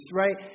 right